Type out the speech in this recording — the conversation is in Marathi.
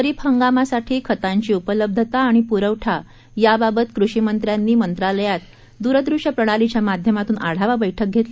खरीप हंगामासाठी खतांची उपलब्धता आणि पुरवठा याबाबत कृषीमंत्र्यांनी मंत्रालयात द्रदृश्य प्रणालीच्या माध्यमातून आढावा बैठक घेतली